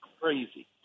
crazy